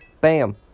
Bam